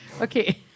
Okay